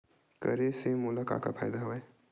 करे से मोला का का फ़ायदा हवय?